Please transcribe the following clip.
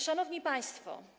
Szanowni Państwo!